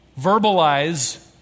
verbalize